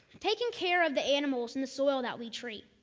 taking care of the animals and the soil that we treat,